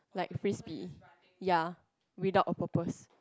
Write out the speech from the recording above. like frisbee ya without a purpose